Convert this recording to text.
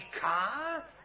car